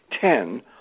ten